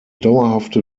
dauerhafte